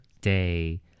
day